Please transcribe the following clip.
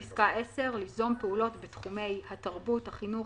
"(10) ליזום פעולות בתחומי התרבות, החינוך,